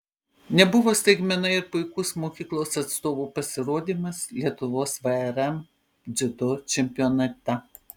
nebuvo staigmena ir puikus mokyklos atstovų pasirodymas lietuvos vrm dziudo čempionate